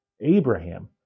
Abraham